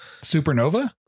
supernova